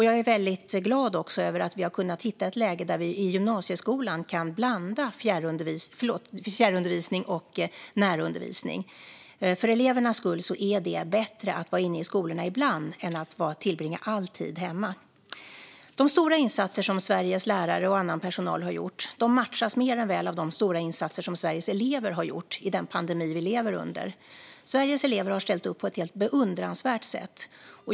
Jag är också glad över att vi har kunnat hitta ett läge där vi i gymnasieskolan kan blanda fjärrundervisning och närundervisning. För elevernas skull är det bättre att vara inne i skolorna ibland än att tillbringa all tid hemma. De stora insatser som Sveriges lärare och annan personal har gjort matchas mer än väl av de stora insatser som Sveriges elever har gjort i den pandemi vi lever under. Sveriges elever har ställt upp på ett helt beundransvärt sätt.